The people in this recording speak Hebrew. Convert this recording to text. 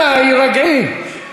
אנא הירגעי.